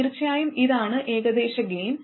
തീർച്ചയായും ഇതാണ് ഏകദേശ ഗൈൻ